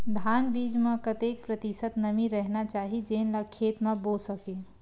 धान बीज म कतेक प्रतिशत नमी रहना चाही जेन ला खेत म बो सके?